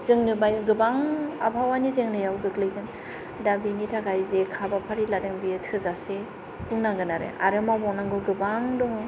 जोंनो गोबां आबहावानि जेंनायाव गोग्लैगोन दा बेनि थाखाय जे हाबाफारि लादों बेयो थोजासे बुंनांगोन आरो आरो मावबावनांगोन गोबां दङ